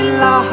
la